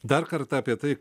dar kartą apie tai